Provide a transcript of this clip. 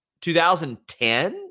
2010